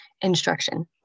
instruction